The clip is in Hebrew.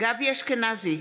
גבי אשכנזי,